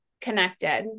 connected